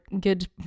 good